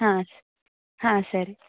ಹಾಂ ಸ್ ಹಾಂ ಸರಿ